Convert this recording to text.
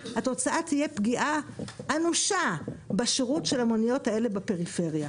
התוצאה תהיה פגיעה אנושה בשירות של המוניות האלה בפריפריה.